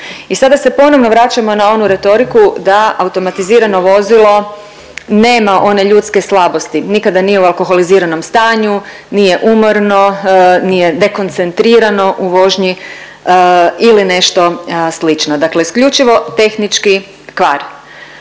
i sada se ponovno vraćamo na onu retoriku da automatizirano vozilo nema one ljudske slabosti, nikada nije u alkoholiziranom stanju, nije umorno, nije dekoncentrirano u vožnji ili nešto slično, dakle isključivo tehnički kvar.